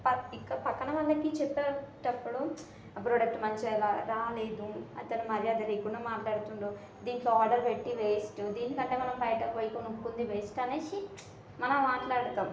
ప ఇక ప్రక్కన వాళ్ళకి చెప్పేటప్పుడు ఆ ప్రోడక్ట్ మంచిగా రాలేదు అతను మర్యాద లేకుండా మాట్లాడుతున్నాడు దీంట్లో ఆర్డర్ పెట్టి వేస్ట్ దీనికంటే మనం బయటకు పోయి కొనుక్కుంది బెస్ట్ అనేసి మనం మాట్లాడుతాము